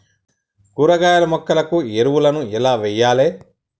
కూరగాయ మొక్కలకు ఎరువులను ఎలా వెయ్యాలే?